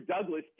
douglas